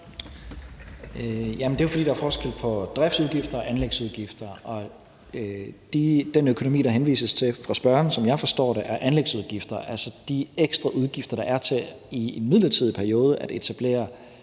Det er jo, fordi der er forskel på driftsudgifter og anlægsudgifter, og den økonomi, der henvises til af spørgeren, som jeg forstår det, er anlægsudgifter, altså de ekstra udgifter, der er i en midlertidig periode, til at etablere